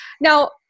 Now